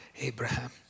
Abraham